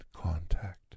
contact